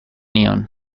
nion